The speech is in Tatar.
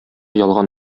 ялган